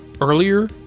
earlier